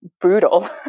brutal